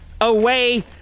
away